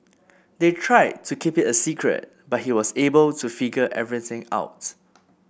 they tried to keep it a secret but he was able to figure everything out